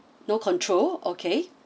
no control okay